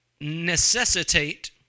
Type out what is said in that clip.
Necessitate